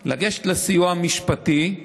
לגשת לסיוע המשפטי,